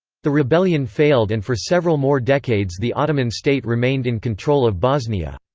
the rebellion failed and for several more decades the ottoman state remained in control of bosnia.